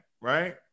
right